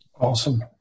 Awesome